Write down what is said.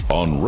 on